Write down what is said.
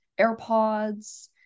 AirPods